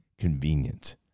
convenient